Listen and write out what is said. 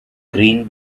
green